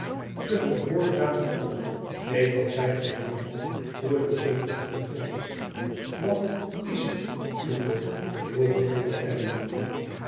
de gehoorzame tom deed wat zij verlangde door de menigte gevolgd wat is het tootle vroeg juffrouw